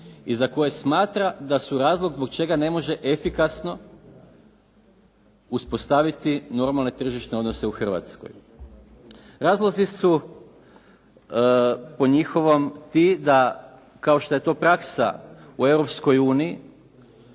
i za koje smatra da su razlog zbog čega ne može efikasno uspostaviti normalne tržišne odnose u Hrvatskoj. Razlozi su po njihovom ti da, kao što je to praksa u